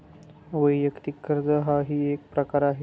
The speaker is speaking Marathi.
वैयक्तिक कर्ज हाही एक प्रकार आहे